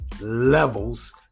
levels